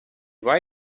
why